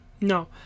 No